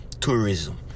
tourism